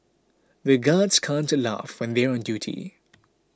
the guards can't laugh when they are on duty